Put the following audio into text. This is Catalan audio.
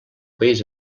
país